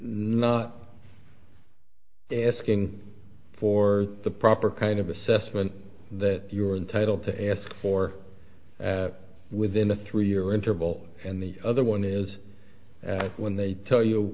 not asking for the proper kind of assessment that you are entitled to ask for within a three year interval and the other one is when they tell you